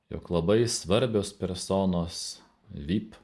jog labai svarbios personos vip